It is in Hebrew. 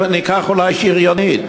וניקח אולי שריונית.